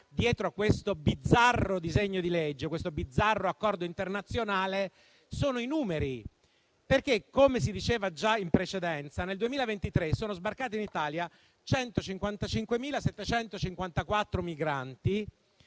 di mostro giuridico, a questo bizzarro accordo internazionale sono i numeri, perché, come si diceva già in precedenza, nel 2023 sono sbarcati in Italia 155.754 migranti,